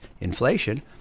inflation